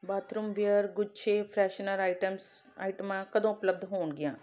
bathroomware ਗੁੱਛੇ freshener items ਆਈਟਮਾਂ ਕਦੋਂ ਉਪਲੱਬਧ ਹੋਣਗੀਆਂ